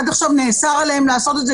עד עכשיו נאסר עליהם לעשות את זה,